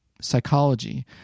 psychology